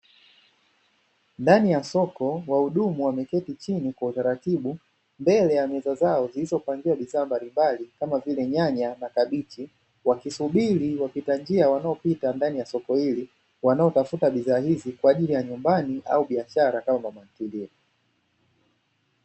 Ndani ya soko wahudumu wameketi chini kwa utaratibu mbele ya meza zao, zilizopangwa bidhaa mbalimbali kama vile nyanya na kabichi, wakisubiri wapita njia wanaopita ndani ya soko hilo wanaotafuta bidhaa hizi kwa ajili ya biashara au nyumbani, kama vile mama ntilie.